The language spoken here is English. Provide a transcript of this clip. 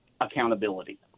accountability